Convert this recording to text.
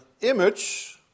image